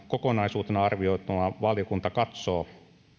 kokonaisuutena arvioituaan valiokunta katsoo